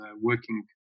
working